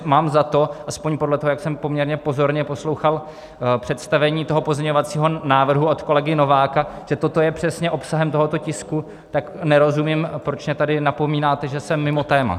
Mám za to, aspoň podle toho, jak jsem poměrně pozorně poslouchal představení pozměňovacího návrhu od kolegy Nováka, že toto je přesně obsahem toho tisku, tak nerozumím, proč mě tady napomínáte, že jsem mimo téma.